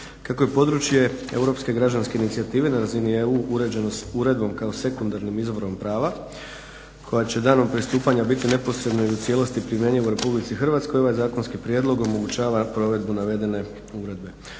Kako je područje Europske građanske inicijative na razini EU uređeno uredbom kao sekundarnim izvorom prava koja će danom pristupanja biti neposredno i u cijelosti primjenjiva u RH ovaj zakonski prijedlog omogućava provedbu navedene uredbe.